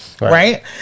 right